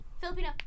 Filipino